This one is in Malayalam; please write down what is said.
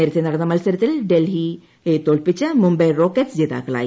നേരത്തെ നടന്ന മത്സരത്തിൽ ഡൽഹിയെ തോൽപ്പിച്ച് മുംബൈ റോക്കറ്റ്സ് ജേതാക്കളായി